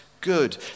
good